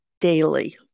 daily